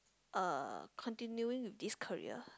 uh continuing with this career